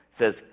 says